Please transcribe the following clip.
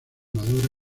madura